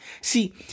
See